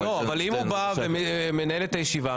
אבל אם הוא מנהל את הישיבה,